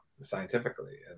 scientifically